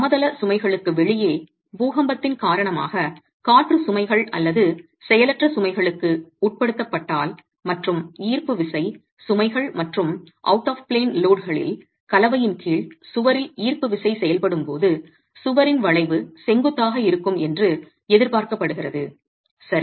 சமதளச் சுமைகளுக்கு வெளியே பூகம்பத்தின் காரணமாக காற்றுச் சுமைகள் அல்லது செயலற்ற சுமைகளுக்கு உட்படுத்தப்பட்டால் மற்றும் ஈர்ப்பு விசை சுமைகள் மற்றும் அவுட் ஆஃப் ப்ளேன் லோட்களின் கலவையின் கீழ் சுவரில் ஈர்ப்பு விசை செயல்படும் போது சுவரின் வளைவு செங்குத்தாக இருக்கும் என்று எதிர்பார்க்கப்படுகிறது சரி